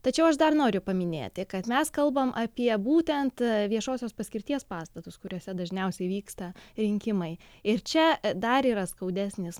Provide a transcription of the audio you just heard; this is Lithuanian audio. tačiau aš dar noriu paminėti kad mes kalbam apie būtent viešosios paskirties pastatus kuriuose dažniausiai vyksta rinkimai ir čia dar yra skaudesnis